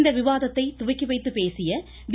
இந்த விவாதத்தை துவக்கி வைத்து பேசிய பி